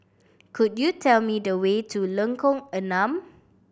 could you tell me the way to Lengkong Enam